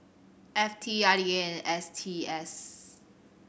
F T I D A and S T S